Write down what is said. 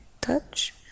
touch